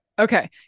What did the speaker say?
Okay